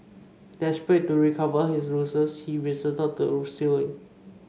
desperate to recover his losses he resorted to stealing